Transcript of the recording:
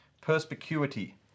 perspicuity